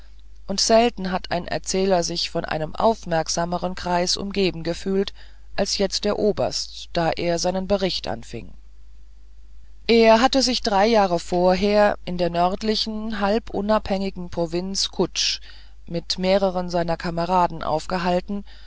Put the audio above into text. und selten hat ein erzähler sich von einem aufmerksameren kreis umgeben gefühlt als jetzt der oberst da er seinen bericht anfing er hatte sich drei jahre vorher in der nördlichen halb unabhängigen provinz cutch mit mehreren seiner kameraden aufgehalten